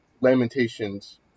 Lamentations